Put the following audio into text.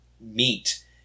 meet